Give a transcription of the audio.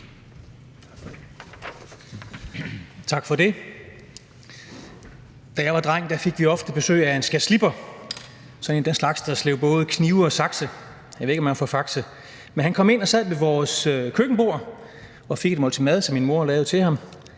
Tak for det. Da jeg var dreng, fik vi ofte besøg af en skærsliber, sådan en af den slags, der både sliber knive og sakse – jeg ved ikke, om han var fra Faxe. Men han kom ind og sad ved vores køkkenbord og fik et måltid mad, som min mor lavede til ham,